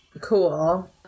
Cool